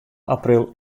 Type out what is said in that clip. april